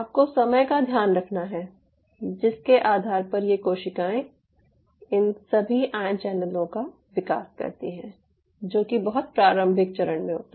आपको समय का ध्यान रखना है जिसके आधार पर ये कोशिकायें इन सभी आयन चैनलों का विकास करती हैं जो कि बहुत प्रारंभिक चरण में होता है